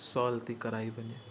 solve थी कराई वञे